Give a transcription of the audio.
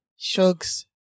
shugs